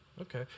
Okay